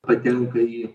patenka į